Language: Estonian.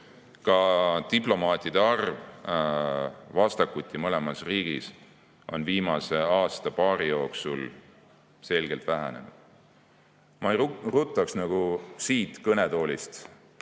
Ka diplomaatide arv vastakuti mõlemas riigis on viimase aasta-paari jooksul selgelt vähenenud. Ma ei ruttaks siit kõnetoolist